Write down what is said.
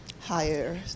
higher